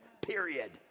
period